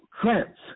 France